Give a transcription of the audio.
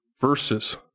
verses